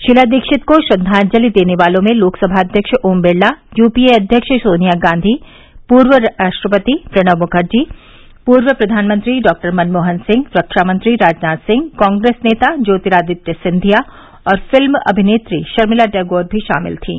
शीला दीक्षित को श्रद्वांजलि देने वालों में लोकसभा अध्यक्ष ओम बिड़ला यूपीए अध्यक्ष सोनिया गांवी पूर्व राष्ट्रपति प्रणब मुखर्जी पूर्व प्रघानमंत्री डॉक्टर मनमोहन सिंह रखामंत्री राजनाथ सिंह कांग्रेस नेता ज्योतिरादित्य सिंघिया और फिल्म अनिनेत्री रामिला टैगोर भी शामिल थीं